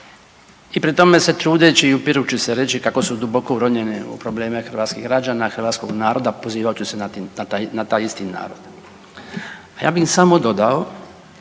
i pri tome se trudeći i upirući se reći kako su duboko uronjeni u probleme hrvatskih građana, hrvatskog naroda, pozivajući se na taj isti narod. Pa ja bi im samo dodao